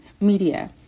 media